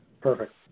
Perfect